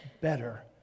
better